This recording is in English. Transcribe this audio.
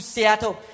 Seattle